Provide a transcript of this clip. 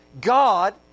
God